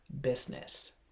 business